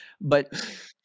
but-